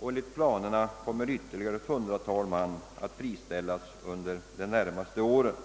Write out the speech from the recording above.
och enligt planerna kommer ytterligare ett hundratal man att friställas under de närmaste åren.